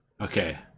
Okay